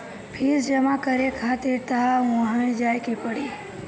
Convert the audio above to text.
fees जमा करे खातिर तअ उहवे जाए के पड़ी